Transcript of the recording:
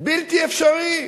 בלתי אפשרי.